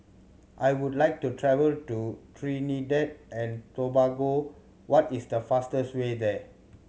I would like to travel to Trinidad and Tobago what is the fastest way there